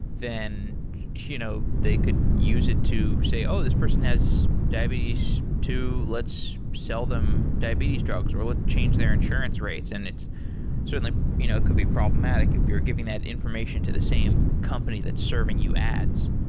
then you know they could use it to say, oh, this person has diabetes too. let's sell them diabetes drugs, or let's change their insurance rates, and it certainly you know could be problematic if you're giving that information to the same company that's serving you ads.